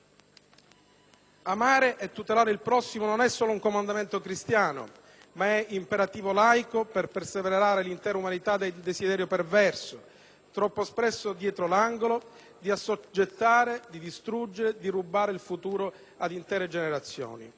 Amare e tutelare il prossimo non è solo un comandamento cristiano, ma è un imperativo laico per preservare l'intera umanità dal desiderio perverso, troppo spesso dietro l'angolo, di assoggettare, distruggere, rubare il futuro ad intere generazioni.